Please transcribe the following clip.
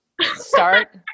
Start